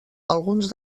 alguns